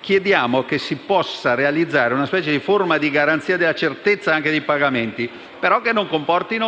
pertanto che si possa realizzare una specie di forma di garanzia della certezza dei pagamenti, ma che non comporti